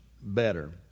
better